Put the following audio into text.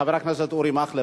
חבר הכנסת אורי מקלב,